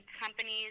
companies